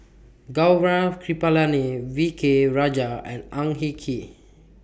Gaurav Kripalani V K Rajah and Ang Hin Kee